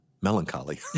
melancholy